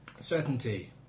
Certainty